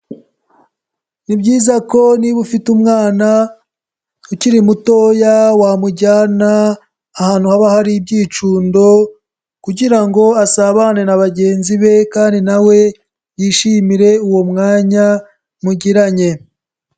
Ni byiza ko niba ufite umwana ukiri mutoya wamujyana ahantu haba hari ibyicundo kugira ngo asabane na bagenzi be kandi nawe yishimire uwo mwanya mugiranye.